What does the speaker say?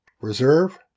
Reserve